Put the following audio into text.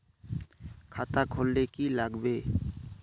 खाता खोल ले की लागबे?